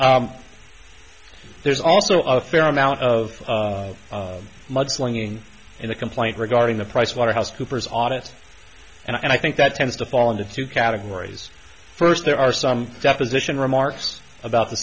there's also a fair amount of mudslinging in the complaint regarding the pricewaterhouse coopers audit and i think that tends to fall into two categories first there are some deposition remarks about the